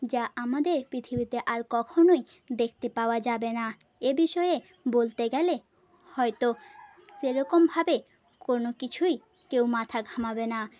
যা আমাদের পৃথিবীতে আর কখনোই দেখতে পাওয়া যাবে না এ বিষয়ে বলতে গেলে হয়তো সেরকমভাবে কোন কিছুই কেউ মাথা ঘামাবে না